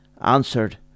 answered